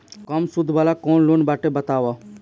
कम सूद वाला कौन लोन बाटे बताव?